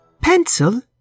Pencil